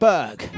Berg